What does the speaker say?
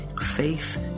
Faith